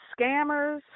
scammers